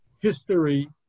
history